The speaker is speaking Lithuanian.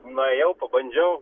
nuėjau pabandžiau